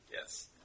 Yes